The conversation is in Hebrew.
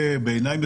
בעיניי,